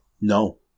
No